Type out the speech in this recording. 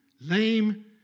lame